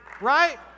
Right